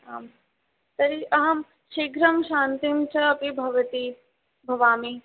आम् तर्हि अहं शीघ्रं श्रान्तिं च अपि भवति भवामि